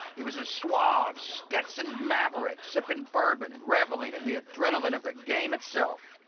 he was a suave, stetsoned maverick, sipping bourbon and revelling in the adrenaline of the game itself.